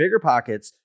BiggerPockets